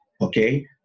okay